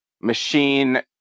Machine